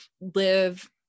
live